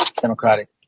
Democratic